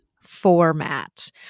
format